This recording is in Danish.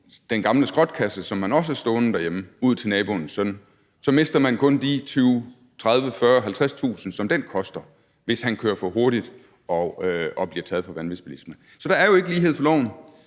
den gamle skrotkasse, som man også har stående derhjemme, ud til naboens søn, mister man kun de 20.000 kr., 30.000 kr., 40.000 kr. eller 50.000 kr., som den koster, hvis han kører for hurtigt og bliver taget for vanvidsbilisme. Så der er jo ikke lighed for loven.